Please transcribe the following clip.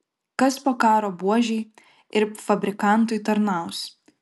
kas po karo buožei ir fabrikantui tarnaus